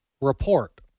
report